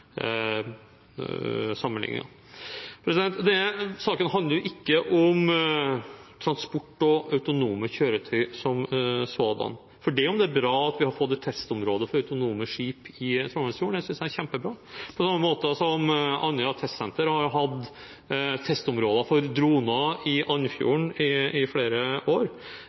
Saken handler jo ikke om transport og autonome kjøretøy som sådanne, selv om det er bra at vi har fått et testområde for autonome skip i Trondheimsfjorden. Det synes jeg er kjempebra – også at Andøya Test Center har hatt testområder for droner i Andfjorden i flere år.